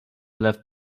left